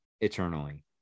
eternally